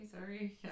sorry